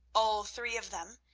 all three of them,